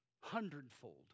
hundredfold